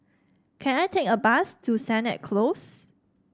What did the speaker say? can I take a bus to Sennett Close